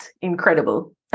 incredible